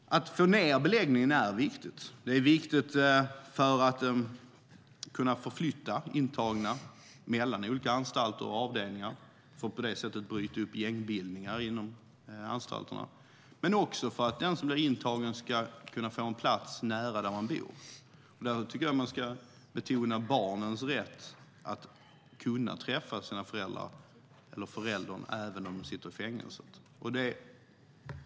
Att minska beläggningen är viktigt. Det är viktigt för att kunna förflytta intagna mellan olika anstalter och avdelningar för att på det sättet bryta upp gängbildningar inom anstalterna. Det är också viktigt för att den som blir intagen ska kunna få en plats nära sin bostad. Där tycker jag att man ska betona barnens rätt att kunna träffa föräldern även om föräldern sitter i fängelse.